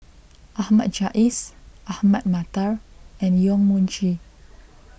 Ahmad Jais Ahmad Mattar and Yong Mun Chee